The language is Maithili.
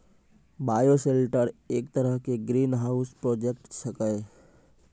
बायोशेल्टर एक तरह के ग्रीनहाउस प्रोजेक्ट छेकै